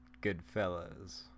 Goodfellas